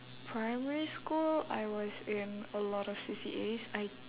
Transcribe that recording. primary school I was in a lot of C_C_As I